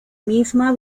misma